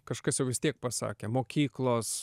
kažkas jau vis tiek pasakė mokyklos